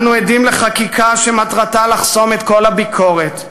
אנו עדים לחקיקה שמטרתה לחסום את כל הביקורת,